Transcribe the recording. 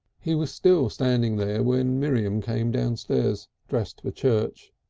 he was still standing there when miriam came downstairs dressed for church.